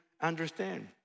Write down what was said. understand